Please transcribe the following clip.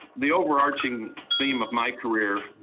the overarching theme of my career,